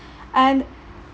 and